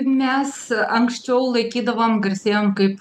mes anksčiau laikydavom garsėjom kaip